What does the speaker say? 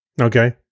Okay